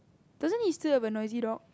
doesn't he still have a noisy dog